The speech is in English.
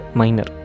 minor